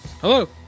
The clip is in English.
Hello